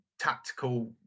tactical